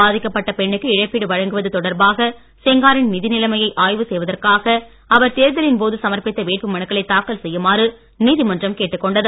பாதிக்கப்பட்ட பெண்ணுக்கு இழப்பீடு வழங்குவது தொடர்பாக செங்காரின் நிதிநிலைமைய ஆய்வு செய்வதற்காக அவர் தேர்தலின் போது சமர்பித்த வேட்புமனுக்களை தாக்கல் செய்யுமாறு நீதிமன்றம் கேட்டுக் கொண்டது